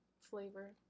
flavor